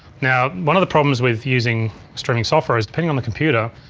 now one of the problems with using streaming software is depending on the computer,